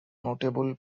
notable